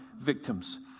victims